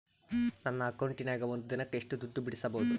ನನ್ನ ಅಕೌಂಟಿನ್ಯಾಗ ಒಂದು ದಿನಕ್ಕ ಎಷ್ಟು ದುಡ್ಡು ಬಿಡಿಸಬಹುದು?